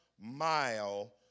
mile